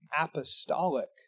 apostolic